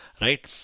right